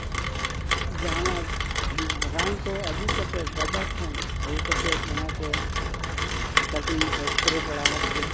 ᱡᱟᱦᱟᱱᱟᱜ ᱨᱟᱱ ᱠᱚ ᱟᱹᱜᱩ ᱠᱟᱛᱮ ᱵᱟᱡᱟᱨ ᱠᱷᱚᱱ ᱟᱹᱜᱩ ᱠᱟᱛᱮ ᱚᱱᱟ ᱠᱚ ᱠᱟᱹᱴᱤᱡ ᱮᱥᱯᱨᱮ ᱵᱟᱲᱟ ᱦᱟᱫ ᱜᱮ